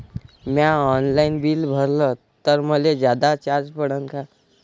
म्या online bill भरलं तर मले जादा चार्ज पडन का?